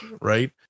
Right